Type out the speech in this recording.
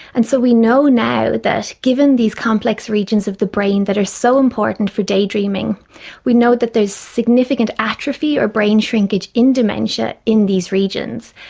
and so we know now that given these complex regions of the brain that are so important for daydreaming we know that there is significant atrophy or brain shrinkage in dementia in these regions.